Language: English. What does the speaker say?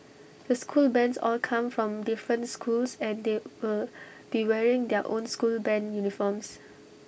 the school bands all come from different schools and they will be wearing their own school Band uniforms